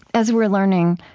as we're learning,